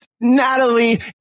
Natalie